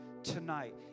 tonight